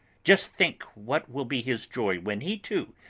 just think what will be his joy when he, too,